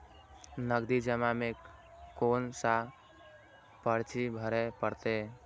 नगदी जमा में कोन सा पर्ची भरे परतें?